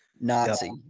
Nazi